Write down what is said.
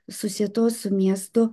susietos su miestu